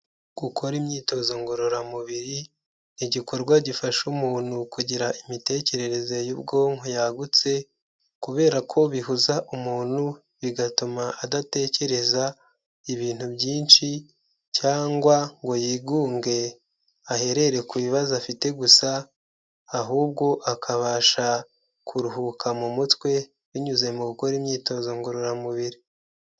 Gukora imyitozo ngororamubiri, ni igikorwa gifasha umuntu kugira imitekerereze y'ubwonko yagutse kubera ko bihuza umuntu bigatuma adatekereza ibintu byinshi cyangwa ngo yigunge, aherere ku bibazo afite gusa, ahubwo akabasha kuruhuka mu mutwe binyuze mu gukora imyitozo ngororamubiri.